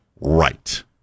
right